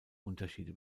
unterschiede